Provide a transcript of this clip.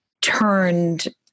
turned